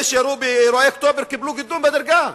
אלה שירו באירועי אוקטובר קיבלו קידום בדרגה.